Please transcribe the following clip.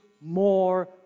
more